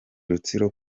rutsiro